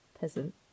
peasant